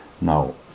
Now